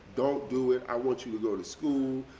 don't do it. i want you to go to school.